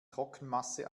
trockenmasse